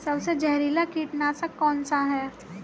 सबसे जहरीला कीटनाशक कौन सा है?